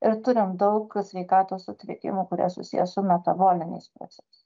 ir turim daug sveikatos sutrikimų kurie susiję su metaboliniais proces